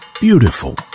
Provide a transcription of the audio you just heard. beautiful